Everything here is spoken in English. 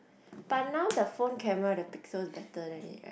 but now the phone camera the pixels better than it